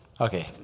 Okay